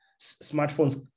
smartphones